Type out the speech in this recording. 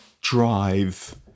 drive